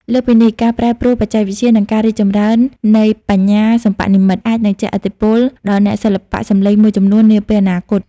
លើសពីនេះ ការប្រែប្រួលបច្ចេកវិទ្យា និងការរីកចម្រើននៃបញ្ញាសិប្បនិម្មិត (AI) អាចនឹងជះឥទ្ធិពលដល់អ្នកសិល្បៈសំឡេងមួយចំនួននាពេលអនាគត។